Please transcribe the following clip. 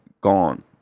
gone